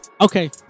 okay